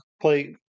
play